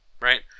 right